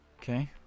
Okay